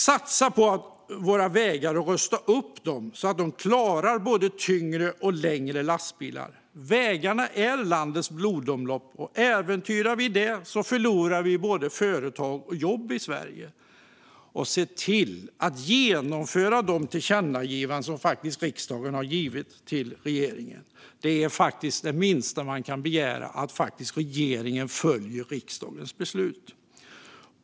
Satsa på våra vägar och rusta upp dem så att de klarar både tyngre och längre lastbilar! Vägarna är landets blodomlopp, och äventyrar vi det förlorar vi både företag och jobb i Sverige. Regeringen måste dessutom se till att vidta de åtgärder som de tillkännagivanden som riksdagen gjort till regeringen anger. Det minsta man kan begära är att regeringen följer riksdagens beslut.